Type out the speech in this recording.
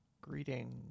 Greetings